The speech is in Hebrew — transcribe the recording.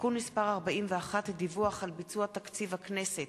(תיקון מס' 41) (דיווח על ביצוע תקציב הכנסת),